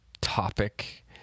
topic